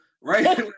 Right